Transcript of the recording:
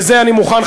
ובזה אני מוכן,